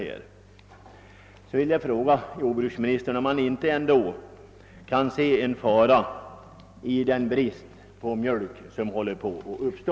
Jag undrar: Kan jordbruksministern ändå inte se en fara i den brist på mjölk som håller på att uppstå?